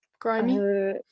grimy